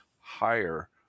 higher